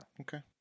Okay